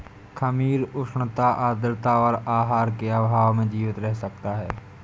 खमीर उष्णता आद्रता और आहार के अभाव में जीवित रह सकता है